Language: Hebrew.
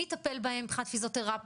מי יטפל בהם מבחינת פיזיותרפיה?